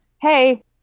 Hey